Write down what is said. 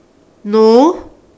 no